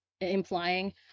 implying